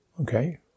Okay